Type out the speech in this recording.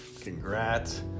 congrats